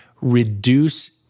reduce